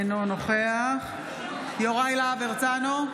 אינו נוכח יוראי להב הרצנו,